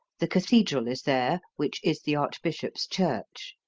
the cathedral is there, which is the archbishop's church.